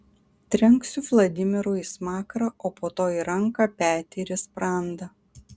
trenksiu vladimirui į smakrą po to į ranką petį ir sprandą